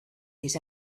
his